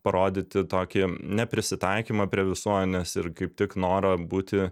parodyti tokį neprisitaikymą prie visuomenės ir kaip tik norą būti